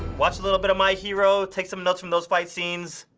watch a little bit of my hero, take some notes from those fight scenes,